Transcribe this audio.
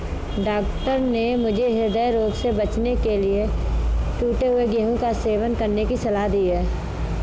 doctor ने मुझे हृदय रोग से बचने के लिए टूटे हुए गेहूं का सेवन करने की सलाह दी है